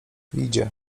idzie